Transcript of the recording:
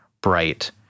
bright